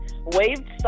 waved